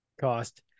cost